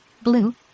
Blue